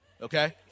okay